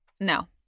No